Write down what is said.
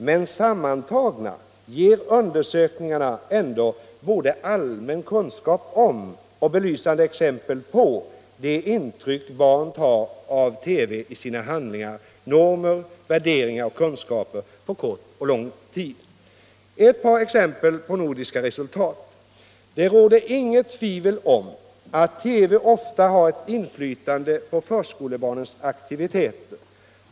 Men sammantagna ger undersökningarna ändå både allmän kunskap om, och belysande exempel på, de intryck barn tar av TV i sina handlingar, normer, värderingar och kunskaper — på kort och lång sikt. Ett par exempel på nordiska resultat: Det råder inget tvivel om att TV ofta har ett inflytande på förskolebarnets aktiviteter.